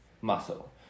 muscle